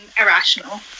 irrational